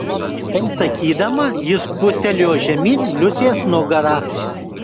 tai sakydama ji spustelėjo žemyn liusės nugarą